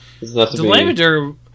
Delameter